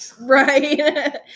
right